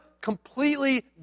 completely